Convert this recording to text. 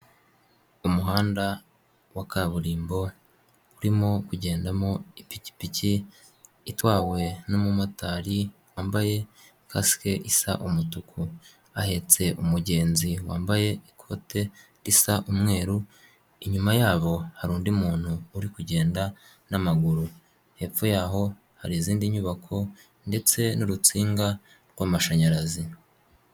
Umuhanda wa kaburimbo urimo kugendamo ipikipiki itwawe n'umumotari wambaye kasike isa umutuku, ahetse umugenzi wambaye ikote risa umweru, inyuma yabo hari undi muntu uri kugenda n'amaguru, hepfo yaho hari izindi nyubako ndetse n'urutsinga rw'amashanyarazi.